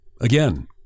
again